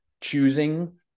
choosing